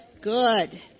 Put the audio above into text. Good